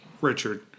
richard